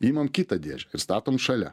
imam kitą dėžę ir statom šalia